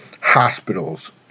hospitals